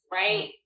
right